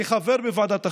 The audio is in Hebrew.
כחבר בוועדת החינוך,